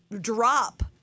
drop